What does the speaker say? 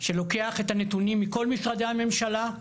שלוקח את הנתונים מכל משרדי הממשלה,